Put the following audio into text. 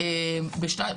בסדר.